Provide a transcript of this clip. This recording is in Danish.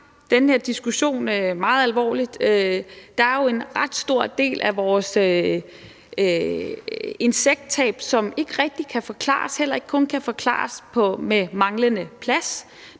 den her diskussion meget alvorligt. Der er jo en ret stor del af vores insekttab, som ikke rigtig kan forklares, heller ikke kun kan forklares med manglende plads.